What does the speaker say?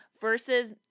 versus